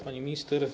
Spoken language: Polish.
Pani Minister!